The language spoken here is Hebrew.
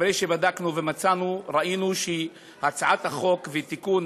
אחרי שבדקנו ומצאנו, ראינו שהצעת החוק ותיקון